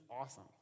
awesome